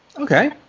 Okay